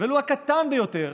ולו הקטן ביותר